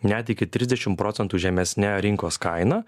net iki trisdešimt procentų žemesne rinkos kaina